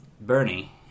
Bernie